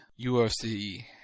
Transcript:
UFC